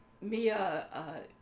Mia